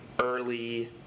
early